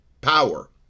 power